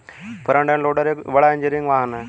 front end loader एक बड़ा engineering वाहन है